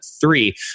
three